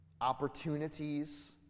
opportunities